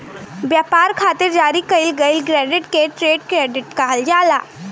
ब्यपार खातिर जारी कईल गईल क्रेडिट के ट्रेड क्रेडिट कहल जाला